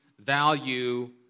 value